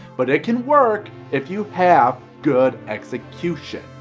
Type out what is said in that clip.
but it can work if you have good execution.